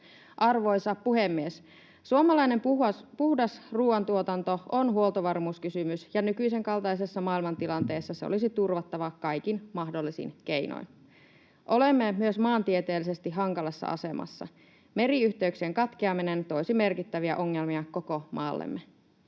Arvoisa puhemies! Suomalainen puhdas ruoantuotanto on huoltovarmuuskysymys, ja nykyisen kaltaisessa maailmantilanteessa se olisi turvattava kaikin mahdollisin keinoin. Olemme myös maantieteellisesti hankalassa asemassa. Meriyhteyksien katkeaminen toisi merkittäviä ongelmia koko maallemme.